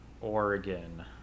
oregon